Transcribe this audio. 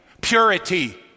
purity